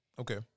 Okay